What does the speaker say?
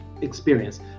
experience